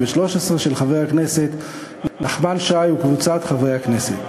של חבר הכנסת נחמן שי וקבוצת חברי הכנסת.